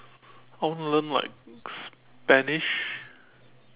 I want to learn like Spanish